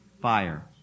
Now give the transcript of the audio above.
fire